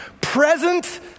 present